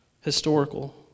historical